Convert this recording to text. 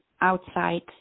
outside